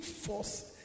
force